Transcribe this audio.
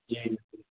جی